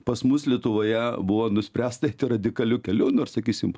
pas mus lietuvoje buvo nuspręsta radikaliu keliu nu ir sakysim